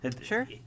Sure